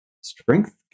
strength